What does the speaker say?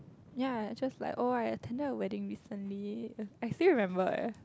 ya just like oh I attended a wedding recently I still remember eh